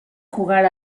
jugar